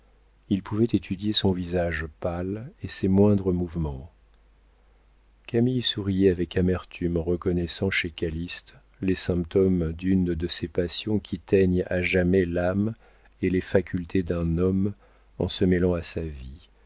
il pouvait étudier son visage pâle et ses moindres mouvements camille souriait avec amertume en reconnaissant chez calyste les symptômes d'une de ces passions qui teignent à jamais l'âme et les facultés d'un homme en se mêlant à sa vie